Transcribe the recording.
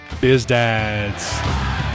BizDads